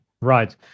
right